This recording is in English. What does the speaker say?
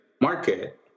market